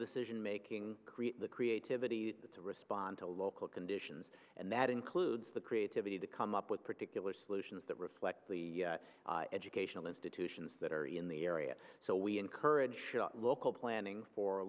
decisionmaking create the creativity to respond to local conditions and that includes the creativity to come up with particular solutions that reflect the educational institutions that are in the area so we encourage local planning for